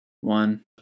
one